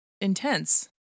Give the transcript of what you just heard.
intense